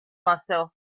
myself